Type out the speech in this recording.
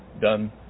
done